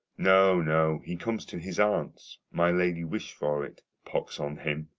no, no, he comes to his aunt's, my lady wishfort pox on him,